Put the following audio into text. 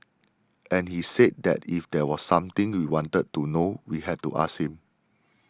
and he said that if there was something we wanted to know we had to ask him